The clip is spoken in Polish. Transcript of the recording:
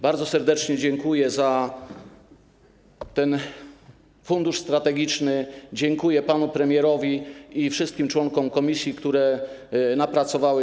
Bardzo serdecznie dziękuję za ten fundusz strategiczny, dziękuję panu premierowi i wszystkim członkom komisji, które się napracowały.